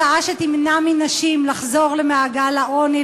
זו הצעה שתמנע מנשים לחזור למעגל העוני,